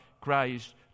Christ